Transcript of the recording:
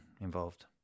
involved